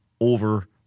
over